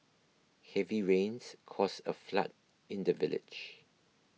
heavy rains caused a flood in the village